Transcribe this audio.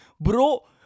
Bro